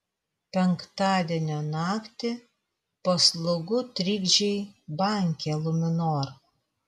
penktadienio naktį paslaugų trikdžiai banke luminor